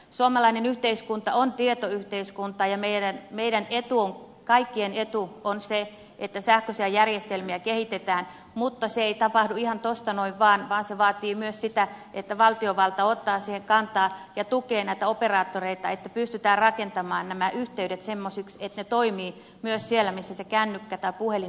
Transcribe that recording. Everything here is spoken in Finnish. suomalainen yhteiskunta on tietoyhteiskunta ja meidän kaikkien etu on se että sähköisiä järjestelmiä kehitetään mutta se ei tapahdu ihan tuosta noin vaan vaan se vaatii myös sitä että valtiovalta ottaa siihen kantaa ja tukee operaattoreita että pystytään rakentamaan nämä yhteydet semmoisiksi että ne toimivat myös siellä missä se kännykkä tai puhelin ei toimi